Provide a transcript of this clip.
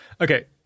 Okay